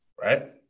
right